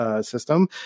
system